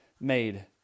made